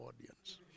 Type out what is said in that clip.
audience